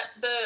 the-